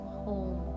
home